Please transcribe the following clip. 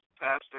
pastor